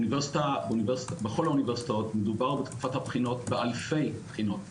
בכל האוניברסיטאות מדובר בתקופת הבחינות באלפי בחינות.